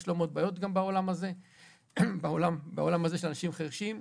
יש לא מעט בעולם הזה של אנשים חירשים,